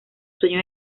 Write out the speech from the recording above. sueño